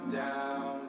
down